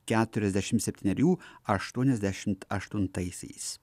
keturiasdešim septynerių aštuoniasdešimt aštuntaisiais